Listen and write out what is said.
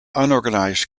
unorganized